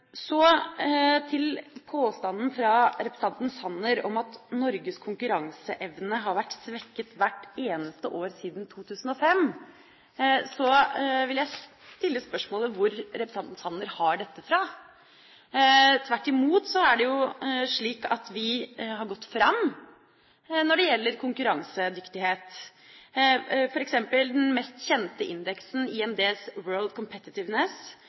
Så til påstanden fra representanten Sanner om at Norges konkurranseevne har blitt svekket hvert eneste år siden 2005. Jeg vil stille spørsmålet: Hvor har representanten Sanner dette fra? Tvert imot er det jo slik at vi har gått fram når det gjelder konkurransedyktighet. For eksempel viser den mest kjente indeksen,